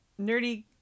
nerdy